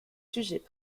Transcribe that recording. sujets